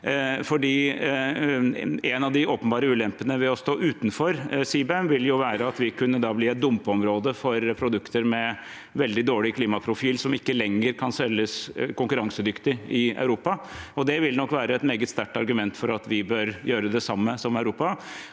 En av de åpenbare ulempene ved å stå utenfor CBAM vil være at vi kan bli et dumpeområde for produkter med veldig dårlig klimaprofil som ikke lenger kan selges konkurransedyktig i Europa. Det vil nok være et meget sterkt argument for at vi bør gjøre det samme som Europa.